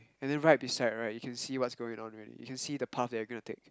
and then right beside right you can see what's going on you can see the path that you're going to take